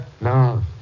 No